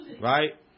right